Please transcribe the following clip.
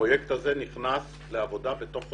הפרויקט הזה נכנס לעבודה בתוך חודשיים.